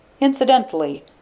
Incidentally